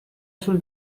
sul